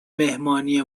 مهمانی